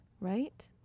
right